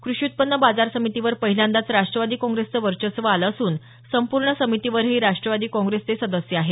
क्रषी उत्त्पन्न बाजार समितीवर पहिल्यांदाच राष्ट्रवादी काँग्रेसचं वर्चस्व आलं असून संपूर्ण समितीवरही राष्ट्रवादी काँग्रेसचे सदस्य आहेत